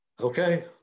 Okay